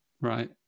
right